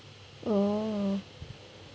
oh